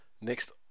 Next